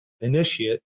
initiate